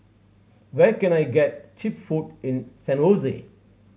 where can I get cheap food in San Jose